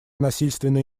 насильственные